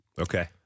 Okay